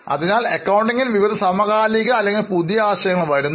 അതിനാൽ അക്കൌണ്ടിംഗ്ഗിൽ വിവിധ സമകാലിക അല്ലെങ്കിൽ പുതിയ ആശയങ്ങൾ വരുന്നു